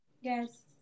Yes